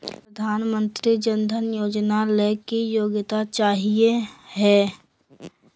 प्रधानमंत्री जन धन योजना ला की योग्यता चाहियो हे?